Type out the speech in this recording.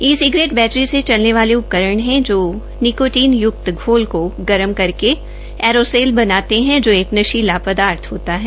ई cigarette battery से चलने वाले उपकरण है जो निकोटीन युक्त घोल को गर्म करके ऐरोसोल बनाते है जो एक नशीला पदार्थ होता है